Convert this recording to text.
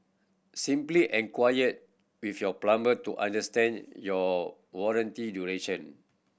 simply enquire with your plumber to understand your warranty duration